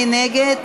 מי נגד?